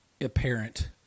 apparent